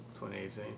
2018